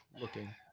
looking